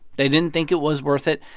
they didn't think it was worth it.